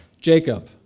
Jacob